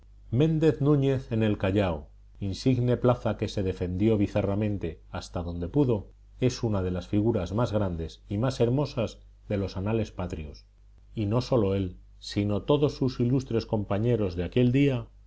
méndez núñez en el callao insigne plaza que se defendió bizarramente hasta donde pudo es una de las figuras más grandes y más hermosas de los anales patrios y no sólo él sino todos sus ilustres compañeros de aquel día